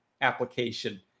application